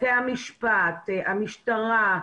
בתי המשפט, המשטרה,